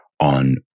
on